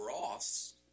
Ross